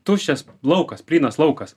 tuščias laukas plynas laukas